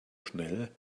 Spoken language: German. schnell